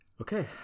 Okay